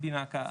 איידיבי פינאקה,